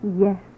Yes